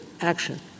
action